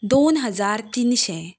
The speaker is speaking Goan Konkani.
दोन हजार तिनशे